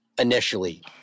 initially